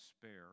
despair